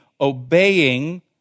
obeying